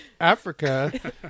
Africa